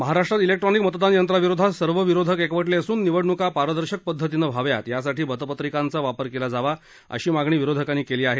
महाराष्ट्रात जिक्ट्रॉनिक मतदान यंत्रांविरोधात सर्व विरोधक एकवटले असून निवडणुका पारदर्शक पद्धतीनं व्हाव्यात यासाठी मतपत्रिकांचा वापर केला जावा अशी मागणी विरोधकांनी केली आहे